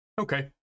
Okay